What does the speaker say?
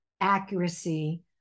accuracy